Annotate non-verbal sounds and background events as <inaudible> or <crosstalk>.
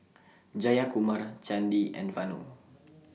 Jayakumar Chandi and Vanu <noise>